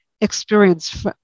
experience